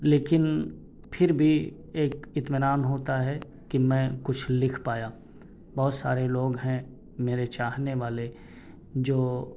لیکن پھر بھی ایک اطمینان ہوتا ہے کہ میں کچھ لکھ پایا ہوں بہت سارے لوگ ہیں میرے چاہنے والے جو